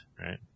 right